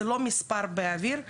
זה לא מספר באוויר,